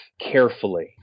carefully